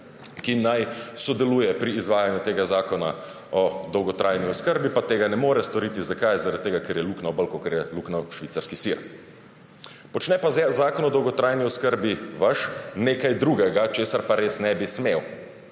ki naj sodeluje pri izvajanju tega zakona o dolgotrajni oskrbi, pa tega ne more storiti. Zakaj? Zaradi tega ker je luknjav bolj, kot je luknjav švicarski sir. Počne pa vaš zakon o dolgotrajni oskrbi nekaj drugega, česar pa res ne bi smel.